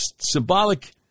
Symbolic